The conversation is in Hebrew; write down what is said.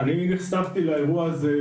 אני נחשפתי לאירוע הזה,